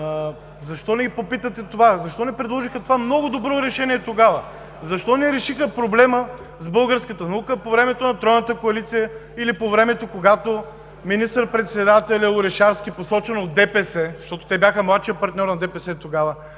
Защо не ги попитате това? Защо не предложиха това много добро решение тогава? Защо не решиха проблема с българската наука по времето на тройната коалиция или по времето, когато министър председателят Орешарски, посочен от ДПС, защото те бяха младшият партньор на ДПС тогава,